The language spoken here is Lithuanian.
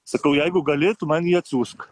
sakau jeigu gali tu man jį atsiųsk